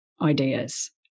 ideas